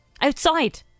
Outside